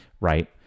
right